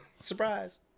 Surprise